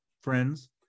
friends